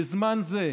בזמן זה,